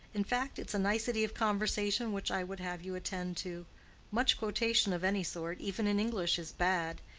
in fact, it's a nicety of conversation which i would have you attend to much quotation of any sort, even in english is bad.